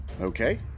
Okay